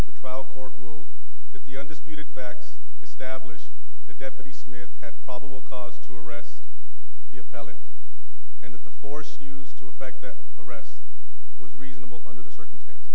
the trial court ruled that the undisputed facts established the deputy smith had probable cause to arrest the appellant and that the force used to effect that arrest was reasonable under the circumstances